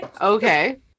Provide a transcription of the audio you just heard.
Okay